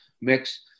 mix